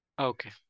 Okay